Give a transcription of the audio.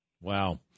wow